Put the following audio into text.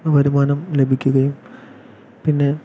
വരുമാനം ലഭിക്കുകയും പിന്നെ